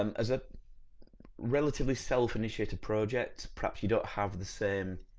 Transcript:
um as a relatively self-initiated project perhaps you don't have the same